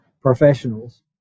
professionals